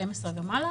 גילי 12 ומעלה,